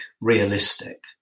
realistic